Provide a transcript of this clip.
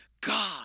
God